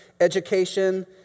education